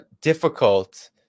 difficult